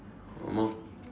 uh